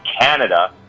Canada